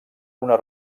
una